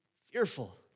fearful